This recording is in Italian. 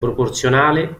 proporzionale